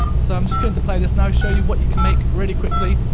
so i'm just going to play this now, show you what you can make, really quickly,